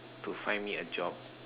to find me a job